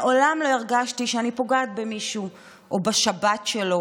מעולם לא הרגשתי שאני פוגעת במישהו או בשבת שלו,